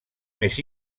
més